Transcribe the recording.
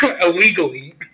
illegally